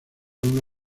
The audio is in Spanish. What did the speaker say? una